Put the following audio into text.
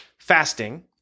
fasting